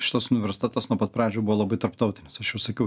šitas universitetas nuo pat pradžių buvo labai tarptautinis aš jau sakiau